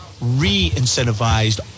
re-incentivized